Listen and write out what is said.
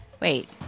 Wait